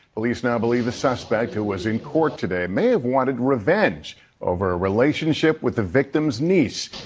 police now believe the suspect, who was in court today, may have wanted revenge over a relationship with the victim's niece.